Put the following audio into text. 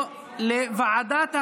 לא, לוועדת החינוך,